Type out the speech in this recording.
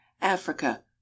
Africa